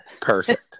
Perfect